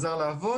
עסק.